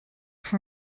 for